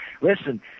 Listen